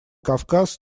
кавказ